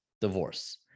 divorce